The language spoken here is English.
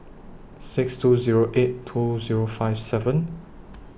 six two Zero eight two Zero five seven